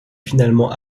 finalement